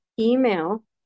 email